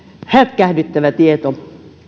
hätkähdyttävä tieto